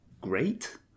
great